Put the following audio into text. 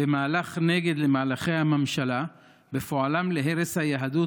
במהלך נגד למהלכי הממשלה בפועלה להרס היהדות